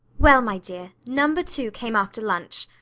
well, my dear, number two came after lunch.